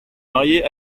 marié